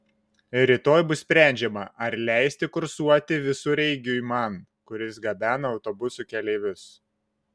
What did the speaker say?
rytoj bus sprendžiama ar leisti kursuoti visureigiui man kuris gabena autobusų keleivius